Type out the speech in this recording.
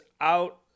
out